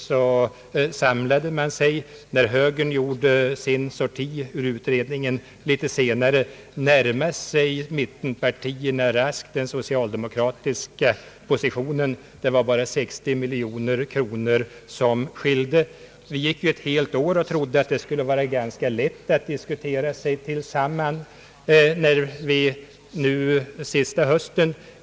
När högerpartiet litet senare gjorde sin första sorti ur utredningen närmade mittenpartierna sig raskt den socialdemokratiska positionen. Det var bara 60 miljoner kronor per år som skilde. Under ett helt år trodde vi därför att det skulle vara ganska lätt att diskutera sig fram till enighet.